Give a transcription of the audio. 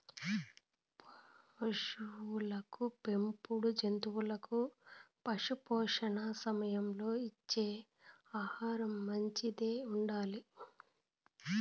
పసులకు పెంపుడు జంతువులకు పశుపోషణ సమయంలో ఇచ్చే ఆహారం మంచిదై ఉండాలి